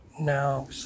No